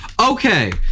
Okay